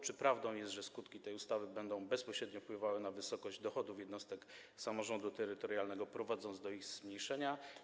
Czy prawdą jest, że skutki tej ustawy będą bezpośrednio wpływały na wysokość dochodów jednostek samorządu terytorialnego, prowadząc do ich zmniejszenia?